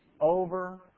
over